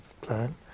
plan